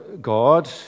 God